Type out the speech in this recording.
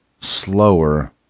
slower